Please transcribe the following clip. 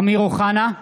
אמיר אוחנה,